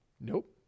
Nope